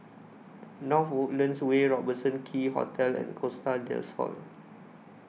North Woodlands Way Robertson Quay Hotel and Costa Del Sol